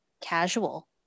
casual